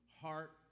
heart